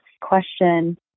question